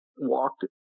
walked